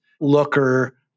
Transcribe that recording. looker